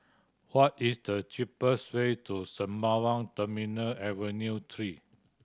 what is the cheapest way to Sembawang Terminal Avenue Three